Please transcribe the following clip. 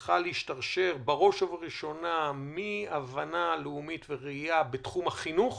צריך להשתרשר בראש ובראשונה מהבנה לאומית וראייה בתחום החינוך,